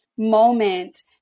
moment